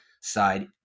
side